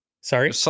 Sorry